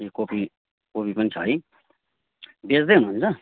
ए copy copy पनि छ है बेच्दै हुनुहुन्छ